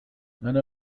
أنا